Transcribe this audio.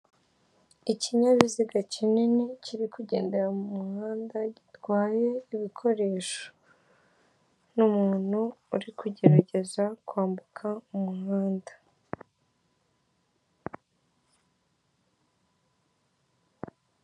Ikinyabiziga kinini kiri kugendera mu muhanda gitwaye ibikoresho n'umuntu urikugerageza kwambuka umuhanda.